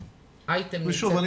שוב,